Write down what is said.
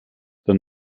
dann